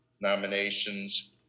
nominations